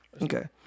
Okay